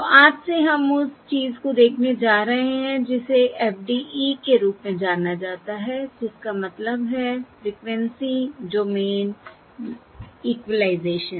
तो आज से हम उस चीज को देखने जा रहे हैं जिसे FDE के रूप में जाना जाता है जिसका मतलब है फ़्रीक्वेंसी डोमेन इक्विलाइज़ेशन